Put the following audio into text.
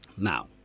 Now